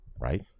Right